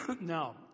Now